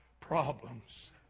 problems